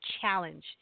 challenge